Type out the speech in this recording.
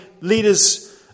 leaders